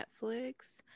netflix